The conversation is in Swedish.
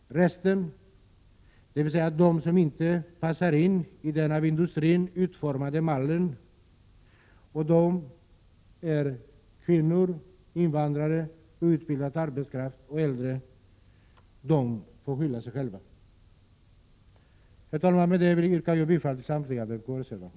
Resten, dvs. de som inte passar in i den av industrin utformade mallen — och det är kvinnor, invandrare, outbildad arbetskraft och äldre — får skylla sig själva. Med detta yrkar jag bifall till samtliga vpk-reservationer.